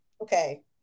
Okay